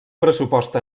pressupost